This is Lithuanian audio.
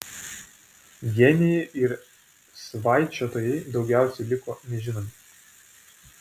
genijai ir svaičiotojai daugiausiai liko nežinomi